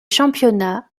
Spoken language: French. championnats